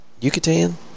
Yucatan